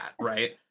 right